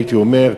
הייתי אומר,